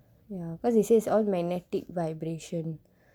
cause he say is all magnetic vibration